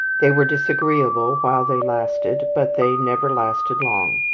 they were disagreeable while they lasted, but they never lasted long.